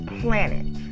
planet